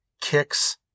Kicks